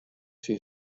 syn